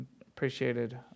appreciated